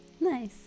nice